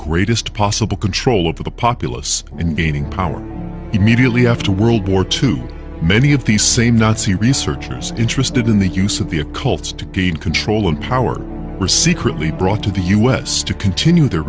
greatest possible control over the populace and gaining power immediately after world war two many of the same nazi researchers interested in the use of the occult to gain control and power were secretly brought to the us to continue their